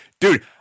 Dude